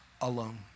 alone